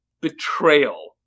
betrayal